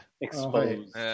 Exposed